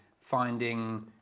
finding